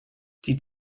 die